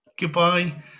Goodbye